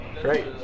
Great